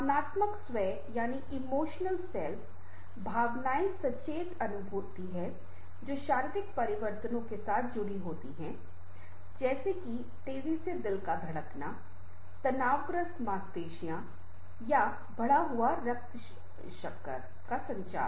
भावनात्मक स्व भावनाएं सचेत अनुभूति हैं जो शारीरिक परिवर्तनों के साथ जुड़ी होती हैं जैसे कि तेजी से दिल का धड़कन तनावग्रस्त मांसपेशियां या बढ़ा हुआ रक्त शर्करा का स्तर